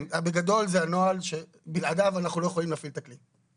בגדול זה הנוהל שבלעדיו אנחנו לא יכולים להפעיל את הכלי.